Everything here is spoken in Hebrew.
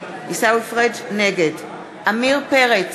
פריג' נגד עמיר פרץ,